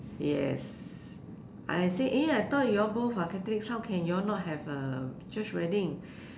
yes I said eh I thought you all both are Catholics how can you all not have a church wedding